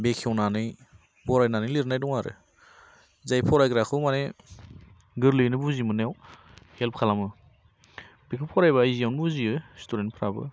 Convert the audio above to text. बेखेवनानै बरायनानै लिरनाय दं आरो जाय फरायग्राखौ मानि गोरलैयैनो बुजिमोननायाव हेल्प खालामो बेखौ फरायबा इजिआवनो बुजियो स्टुदेन्थ फ्राबो